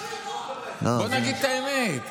בוא נגיד את האמת.